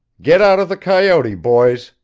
get out of the coyote, boys,